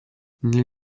nel